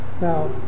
Now